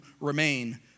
remain